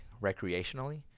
recreationally